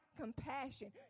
compassion